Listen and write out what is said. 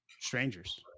strangers